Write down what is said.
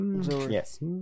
Yes